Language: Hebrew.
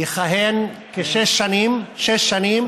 יכהן שש שנים.